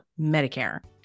Medicare